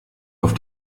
auf